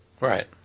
right